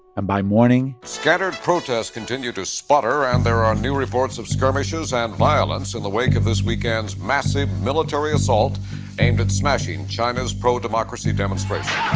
and by morning. scattered protests continue to sputter, and there are new reports of skirmishes and violence in the wake of this weekend's massive military assault aimed at smashing china's pro-democracy demonstrations